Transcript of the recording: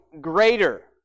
greater